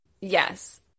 Yes